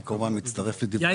אני כמובן מצטרף לדברי